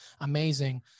amazing